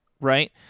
right